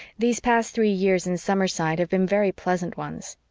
these past three years in summerside have been very pleasant ones.